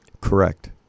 Correct